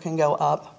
can go up